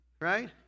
right